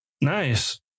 nice